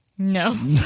No